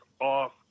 off